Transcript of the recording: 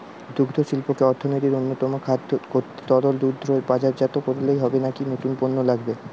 দুগ্ধশিল্পকে অর্থনীতির অন্যতম খাত করতে তরল দুধ বাজারজাত করলেই হবে নাকি নতুন পণ্য লাগবে?